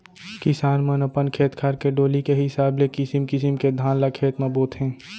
किसान मन अपन खेत खार के डोली के हिसाब ले किसिम किसिम के धान ल खेत म बोथें